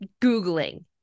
Googling